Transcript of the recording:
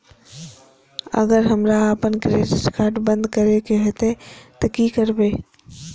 अगर हमरा आपन क्रेडिट कार्ड बंद करै के हेतै त की करबै?